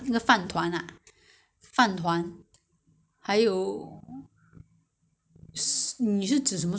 买那个那些那个一包的啊一包一包就不需要去巴刹了 mah 只是要买那个